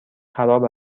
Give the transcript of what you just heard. خراب